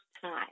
time